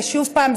ושוב פעם,